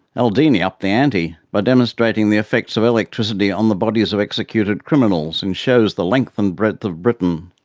aldini upped the ante by demonstrating the effects of electricity on the bodies of executed criminals in shows the length and breadth of britain.